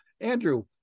Andrew